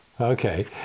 Okay